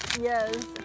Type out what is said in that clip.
Yes